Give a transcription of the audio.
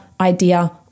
idea